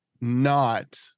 not-